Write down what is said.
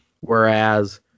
whereas